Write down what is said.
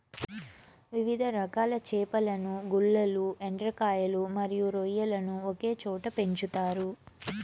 వివిధ రకాల చేపలను, గుల్లలు, ఎండ్రకాయలు మరియు రొయ్యలను ఒకే చోట పెంచుతారు